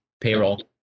payroll